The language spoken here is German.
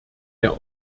der